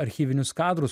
archyvinius kadrus